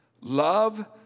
Love